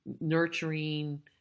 nurturing